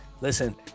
Listen